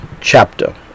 chapter